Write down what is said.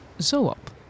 zoop